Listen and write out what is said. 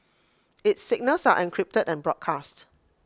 its signals are encrypted and broadcast